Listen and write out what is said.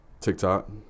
TikTok